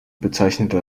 bezeichnete